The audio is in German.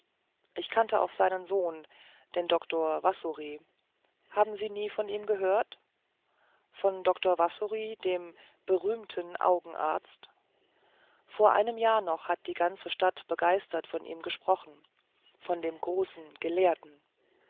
ich kannte auch seinen sohn den dr wassory haben sie nie von ihm gehört von dr wassory dem berühmten augenarzt vor einem jahr noch hat die ganze stadt begeistert von ihm gesprochen von dem großen gelehrten